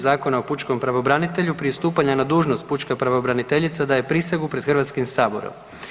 Zakona o pučkom pravobranitelju, prije stupanja na dužnost, pučka pravobraniteljica daje prisegu pred Hrvatskim saborom.